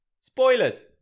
Spoilers